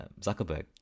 Zuckerberg